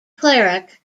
cleric